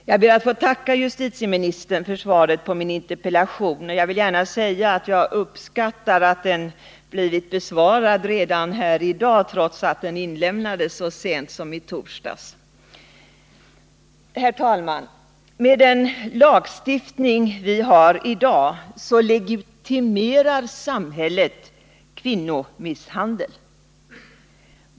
Jag ber att få tacka justitieministern för svaret på min interpellation. Jag vill säga att jag uppskattar att den blivit besvarad redan i dag, trots att den inlämnades så sent som i torsdags. Herr talman! Med den lagstiftning vi har i dag legitimerar samhället kvinnomisshandel.